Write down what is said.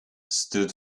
stood